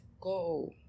go